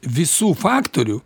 visų faktorių